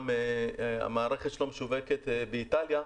שהמערכת שלו משווקת גם באיטליה,